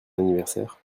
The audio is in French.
anniversaire